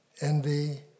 envy